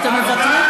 אתם מוותרים?